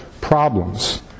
problems